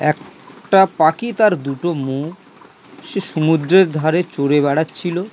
একটা পাখি তার দুটো মুখ সে সমুদ্রের ধারে চড়ে বেড়াচ্ছিল